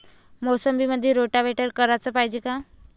मोसंबीमंदी रोटावेटर कराच पायजे का?